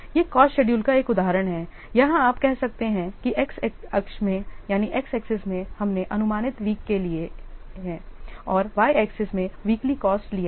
यह cost schedule का एक उदाहरण है यहाँ आप कह सकते हैं कि एक्स अक्ष में हमने अनुमानित वीक लिए हैं और y axis में वीकली कॉस्ट लिया है